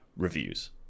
reviews